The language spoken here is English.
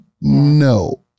no